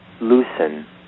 loosen